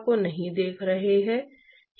और हम इनमें से कुछ अवधारणाओं को देखते हैं